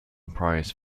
prize